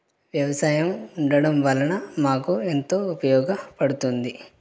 వ్యవసాయం ఉండడం వలన మాకు ఎంతో ఉపయోగపడుతుంది